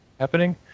happening